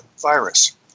virus